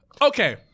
Okay